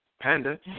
Panda